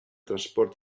transport